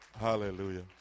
Hallelujah